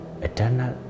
eternal